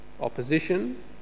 opposition